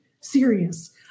serious